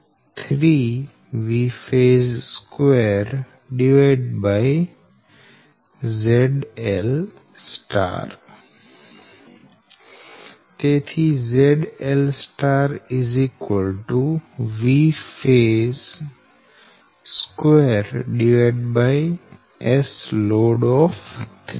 3 Vphase2ZL તેથી ZL 3 Vphase2SLoad 3ɸ